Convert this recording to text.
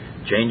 Change